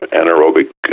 anaerobic